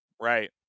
right